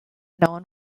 known